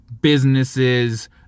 businesses